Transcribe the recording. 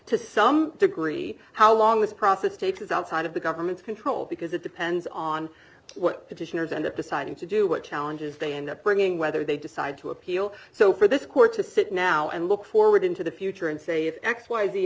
to some degree how long this process takes is outside of the government's control because it depends on what petitioners end up deciding to do what challenges they end up bringing whether they decide to appeal so for this court to sit now and look forward into the future and say i